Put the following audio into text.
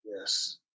Yes